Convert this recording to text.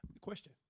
Question